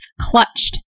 clutched